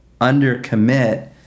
undercommit